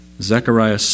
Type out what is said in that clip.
Zechariah